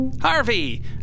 Harvey